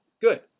good